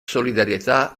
solidarietà